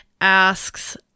asks